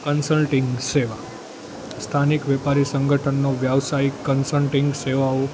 consulting સેવા સ્થાનિક વેપારી સંગઠનો વ્યવસાયિક કન્સલ્ટિંગ સેવાઓ